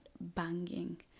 banging